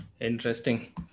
Interesting